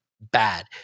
bad